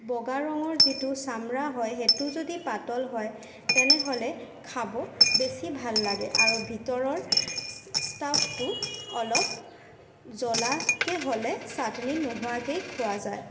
বগা ৰঙৰ যিটো চাম্ৰা হয় সেইটো যদি পাতল হয় তেনেহ'লে খাব বেছি ভাল লাগে আৰু ভিতৰৰ ষ্টাফটো অলপ জ্বলাকৈ হ'লে চাটনি নোহোৱাকৈয়ে খোৱা যায়